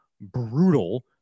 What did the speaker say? brutal